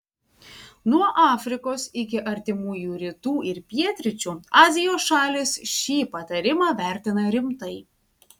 nuo afrikos iki artimųjų rytų ir pietryčių azijos šalys šį patarimą vertina rimtai